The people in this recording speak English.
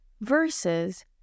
versus